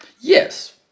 Yes